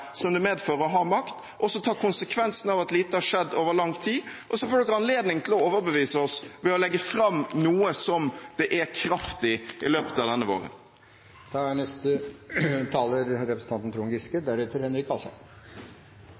det medfører å ha makt og ta konsekvensen av at lite har skjedd over lang tid. Dere får anledning til å overbevise oss ved å legge fram noe som det er kraft i, i løpet av denne våren.